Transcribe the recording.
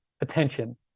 attention